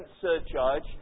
surcharge